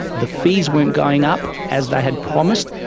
the fees weren't going up as they had promised,